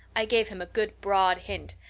i gave him a good broad hint.